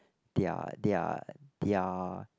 their their their